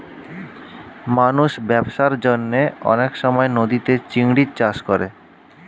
মানুষ ব্যবসার জন্যে অনেক সময় নদীতে চিংড়ির চাষ করে